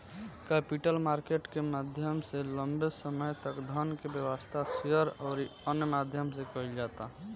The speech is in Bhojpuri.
कैपिटल मार्केट के माध्यम से लंबे समय तक धन के व्यवस्था, शेयर अउरी अन्य माध्यम से कईल जाता